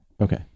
Okay